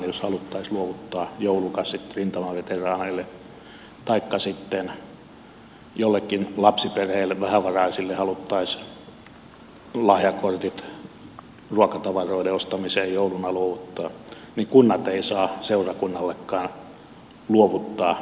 jos haluttaisiin luovuttaa joulukassit rintamaveteraaneille taikka sitten jollekin lapsiperheelle vähävaraisille haluttaisiin lahjakortit ruokatavaroiden ostamiseen jouluna luovuttaa niin kunnat eivät saa seurakunnallekaan luovuttaa tietoja